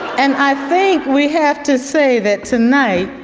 and i think we have to say that tonight,